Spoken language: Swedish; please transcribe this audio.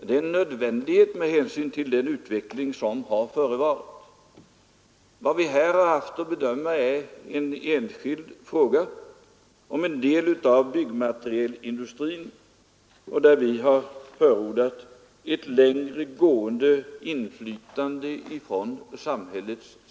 Det är en nödvändighet med hänsyn till den utveckling som har förevarit. Vad vi här haft att bedöma är en enskild fråga om en del av byggnadsmaterialindustrin, där vi har förordat ett längre gående inflytande för samhället.